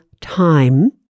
time